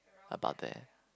about there